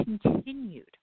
continued